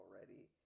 already